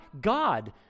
God